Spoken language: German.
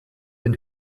den